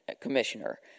Commissioner